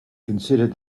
considered